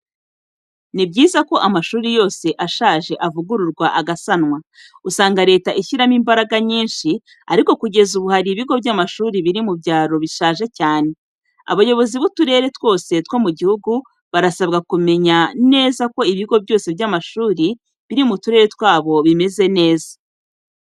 Ni byiza ko amashuri yose ashaje avugururwa agasanwa. Usanga leta ishyiramo imbaraga nyinshi ariko kugeza ubu hari ibigo by'amashuri biri mu byaro bishaje cyane. Abayobozi b'uturere twose two mu gihugu barasabwa kumenya neza ko ibigo byose by'amashuri biri mu turere twabo bimeze neza.